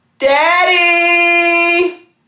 Daddy